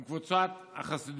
עם קבוצת החסידויות.